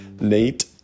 Nate